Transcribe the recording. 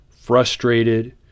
frustrated